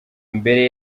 mbere